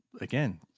again